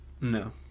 No